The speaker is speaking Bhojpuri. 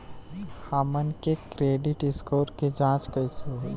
हमन के क्रेडिट स्कोर के जांच कैसे होइ?